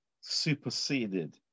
superseded